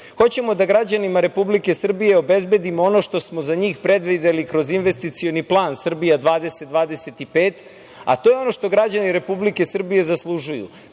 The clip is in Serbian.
Vučić. Hoćemo da građanima Republike Srbije obezbedimo ono što smo za njih predvideli kroz investicioni plan "Srbija 2020-2025", a to je ono što građani Republike Srbije zaslužuju.